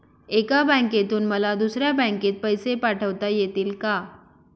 एका बँकेतून मला दुसऱ्या बँकेत पैसे पाठवता येतील का?